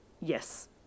Yes